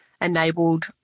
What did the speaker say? enabled